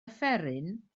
offeryn